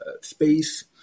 space